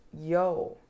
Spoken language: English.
yo